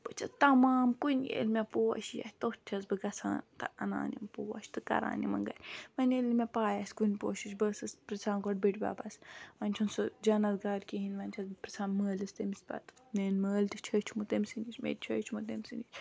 بہٕ چھَس تَمام کُنہِ ییٚلہِ مےٚ پوش ییی اَتھِ تٔتھۍ چھَس بہٕ گژھان تہٕ اَنان یِم پوش تہٕ کَران یِمَن گَرِ وۄنۍ ییٚلہِ نہٕ مےٚ پَے آسہِ کُنہِ پوشِش بہٕ ٲسٕس پِرٛژھان گۄڈٕ بٔڈۍ بَبَس وۄنۍ چھُنہٕ سُہ جَنت گار کِہیٖنۍ وۄنۍ چھَس بہٕ پِرٛژھان مٲلِس تٔمِس پَتہٕ میٛٲنۍ مٲلۍ تہِ چھِ ہیٚچھمُت تٔمۍ سٕے نِش مےٚ تہِ چھِ ہیٚچھمُت تٔمۍ سٕے نِش